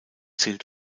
zählt